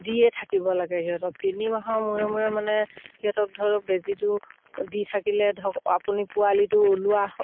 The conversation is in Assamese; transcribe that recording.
দিয়ে থাকিব লাগে সিহঁতক তিনি মাহৰ মূৰে মূৰে মানে সিহঁতক ধৰক বেজীটো দি থাকিলে ধৰক আপুনি পোৱালিটো ওলোৱা